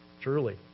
Truly